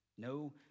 No